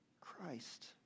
Christ